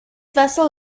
vessel